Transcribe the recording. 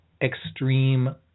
extreme